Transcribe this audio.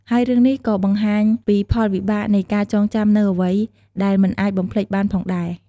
ហើយរឿងនេះក៏បង្ហាញពីផលវិបាកនៃការចងចាំនូវអ្វីដែលមិនអាចបំភ្លេចបានផងដែរ ។